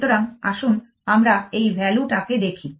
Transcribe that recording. সুতরাং আসুন আমরা এই value টাকে দেখি